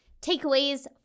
takeaways